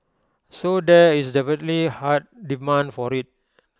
so there is definitely A hard demand for IT